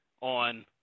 on